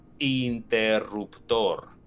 interruptor